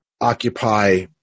occupy